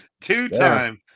Two-time